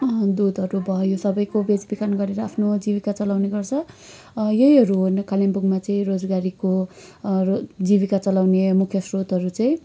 दुधहरू भयो यो सबैको बेचबिखन गरेर आफ्नो जीविका चलाउने गर्छ यहीहरू हो कालिम्पोङमा चाहिँ रोजगारीको जीविका चलाउने मुख्य स्रोतहरू चाहिँ